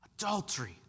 Adultery